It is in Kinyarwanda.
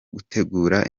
gutegura